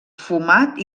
fumat